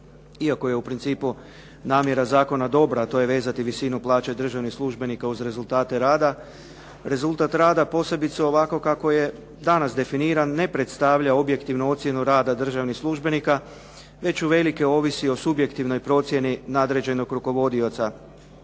iako je u principu namjera zakona dobra, a to je vezati visinu plaće državnih službenika uz rezultate rada. Rezultat rada, posebice ovako kako je danas definiran ne predstavlja objektivnu ocjenu rada državnih službenika već uvelike ovisi o subjektivnoj procjeni nadređenog rukovodioca.